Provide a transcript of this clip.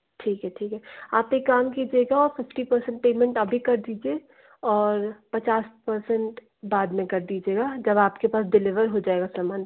ठीक है ठीक है आप एक काम कीजिएगा फ़िफ़्टी पर्संट पेमेंट अभी कर दीजिए और पचास पर्संट बाद में कर दीजिएगा जब आपके पास डिलिवर हो जाएगा सामान तब